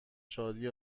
شادی